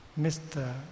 Mr